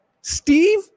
Steve